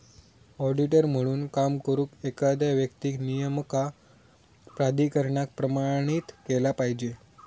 auditor म्हणून काम करुक, एखाद्या व्यक्तीक नियामक प्राधिकरणान प्रमाणित केला पाहिजे